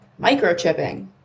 Microchipping